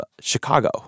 Chicago